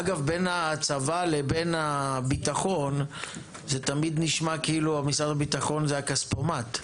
אגב בין הצבא לבין הביטחון זה תמיד נשמע כאילו משרד הביטחון זה הכספומט,